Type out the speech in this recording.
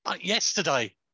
yesterday